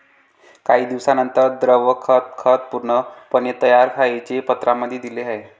काही दिवसांनंतर, द्रव खत खत पूर्णपणे तयार आहे, जे पत्रांमध्ये दिले आहे